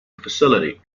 facility